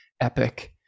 epic